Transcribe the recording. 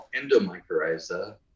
endomycorrhiza